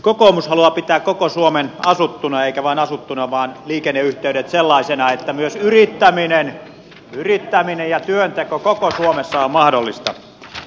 kokoomus haluaa pitää koko suomen asuttuna eikä vain asuttuna vaan liikenneyhteydet sellaisena että myös yrittäminen ja työnteko koko suomessa on mahdollista